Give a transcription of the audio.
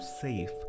safe